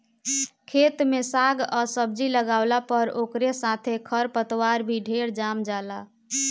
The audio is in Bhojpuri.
खेत में साग आ सब्जी लागावला पर ओकरा साथे खर पतवार भी ढेरे जाम जाला